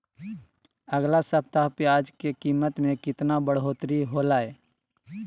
अगला सप्ताह प्याज के कीमत में कितना बढ़ोतरी होलाय?